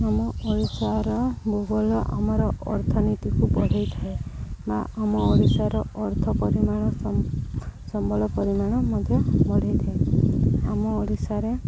ଆମ ଓଡ଼ିଶାର ଭୂଗୋଳ ଆମର ଅର୍ଥନୀତିକୁ ବଢ଼ାଇଥାଏ ବା ଆମ ଓଡ଼ିଶାର ଅର୍ଥ ପରିମାଣ ସମ୍ବଳ ପରିମାଣ ମଧ୍ୟ ବଢ଼ାଇଥାଏ ଆମ ଓଡ଼ିଶାରେ